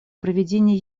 проведение